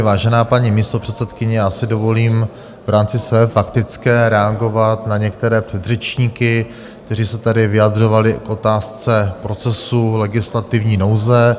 Vážená paní místopředsedkyně, já si dovolím v rámci své faktické reagovat na některé předřečníky, kteří se tady vyjadřovali k otázce procesu legislativní nouze.